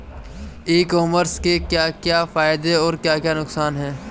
E commerce के क्या क्या फायदे और क्या क्या नुकसान है?